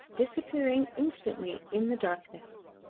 disappearing instantly in the darkness.